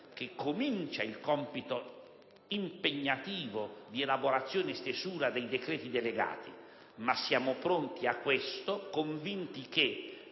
qui comincia il compito impegnativo di elaborazione e stesura dei decreti delegati; ma siamo pronti a questo, convinti che